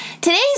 today's